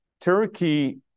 Turkey